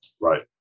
right